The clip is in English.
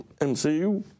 MCU